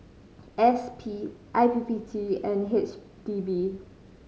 S P I P P T and H D B